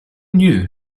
knew